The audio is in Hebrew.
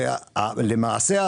-- ולמעשה,